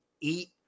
Eat